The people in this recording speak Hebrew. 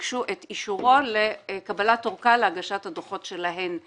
וביקשו את אישורו לקבלת אורכה להגשת הדוחות שלהן.